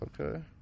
Okay